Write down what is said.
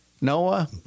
Noah